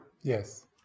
Yes